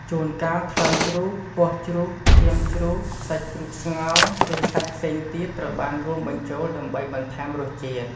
ជួនកាល ថ្លើមជ្រូក ពោះជ្រូក ឈាមជ្រូក សាច់ជ្រូកស្ងោរ ឬសាច់ផ្សេងទៀតត្រូវបានរួមបញ្ចូលដើម្បីបន្ថែមរសជាតិ។